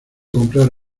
comprar